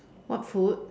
what food